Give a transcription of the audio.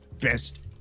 best